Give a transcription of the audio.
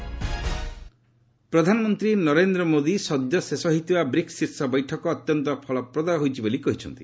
add BRICS ପ୍ରଧାନମନ୍ତ୍ରୀ ନରେନ୍ଦ୍ର ମୋଦି ସଦ୍ୟ ଶେଷ ହୋଇଥିବା ବ୍ରିକ୍ସ ଶୀର୍ଷ ବୈଠକ ଅତ୍ୟନ୍ତ ଫଳପ୍ରଦ ହୋଇଛି ବୋଲି କହିଛନ୍ତି